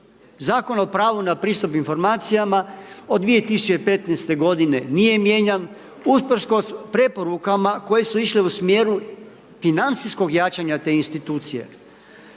Zakon o pravu na pristup informacijama od 2015. g. nije mijenjan, usprkos preporukama koje su išle u smjeru financijskog jačanja te institucije.